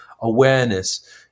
awareness